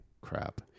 crap